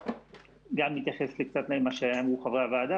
גם להתייחס קצת למה שאמרו חברי הוועדה